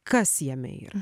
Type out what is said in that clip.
kas jame yra